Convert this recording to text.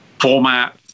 format